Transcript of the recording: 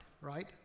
right